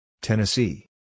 Tennessee